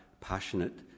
passionate